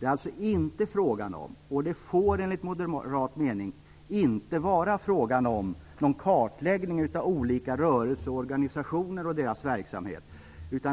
Det är alltså inte frågan om, och det får enligt moderat uppfattning inte vara frågan om, någon kartläggning av olika rörelser och organisationer och deras verksamhet.